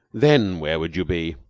then where would you be?